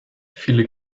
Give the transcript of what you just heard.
viele